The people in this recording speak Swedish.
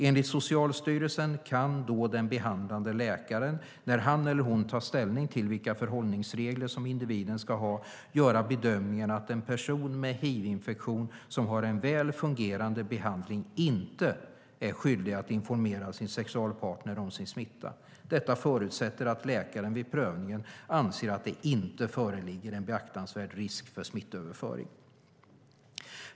Enligt Socialstyrelsen kan då den behandlande läkaren, när han eller hon tar ställning till vilka förhållningsregler som individen ska ha, göra bedömningen att en person med hivinfektion som har en väl fungerande behandling inte är skyldig att informera sin sexualpartner om sin smitta. Detta förutsätter att läkaren vid prövningen anser att det inte föreligger en beaktansvärd risk för smittöverföring.